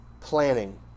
planning